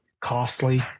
costly